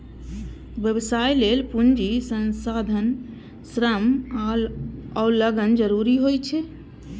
व्यवसाय लेल पूंजी, संसाधन, श्रम आ लगन जरूरी होइ छै